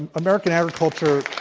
and american agriculture,